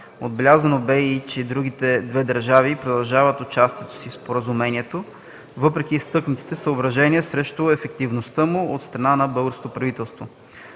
Отбелязано бе и че другите две държави продължават участието си в споразумението, въпреки изтъкнатите съображения срещу ефективността му от страна на българското правителство.